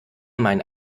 meinen